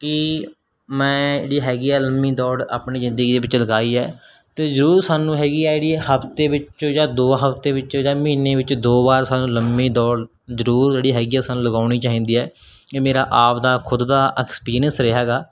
ਕਿ ਮੈਂ ਜਿਹੜੀ ਹੈਗੀ ਆ ਲੰਮੀ ਦੌੜ ਆਪਣੀ ਜ਼ਿੰਦਗੀ ਦੇ ਵਿੱਚ ਲਗਾਈ ਹੈ ਅਤੇ ਜ਼ਰੂਰ ਸਾਨੂੰ ਹੈਗੀ ਐ ਜਿਹੜੀ ਹਫਤੇ ਵਿੱਚੋਂ ਜਾਂ ਦੋ ਹਫਤੇ ਵਿੱਚੋਂ ਜਾਂ ਮਹੀਨੇ ਵਿੱਚ ਦੋ ਵਾਰ ਸਾਨੂੰ ਲੰਮੀ ਦੌੜ ਜ਼ਰੂਰ ਜਿਹੜੀ ਹੈਗੀ ਆ ਸਾਨੂੰ ਲਗਾਉਣੀ ਚਾਹੀਦੀ ਹੈ ਇਹ ਮੇਰਾ ਆਪ ਦਾ ਖੁਦ ਦਾ ਐਕਸਪੀਰੀਅੰਸ ਰਿਹਾ ਹੈਗਾ